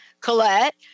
colette